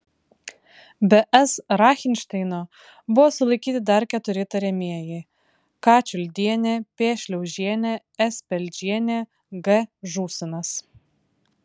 be s rachinšteino buvo sulaikyti dar keturi įtariamieji k čiuldienė p šliaužienė s peldžienė g žūsinas